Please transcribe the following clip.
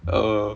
err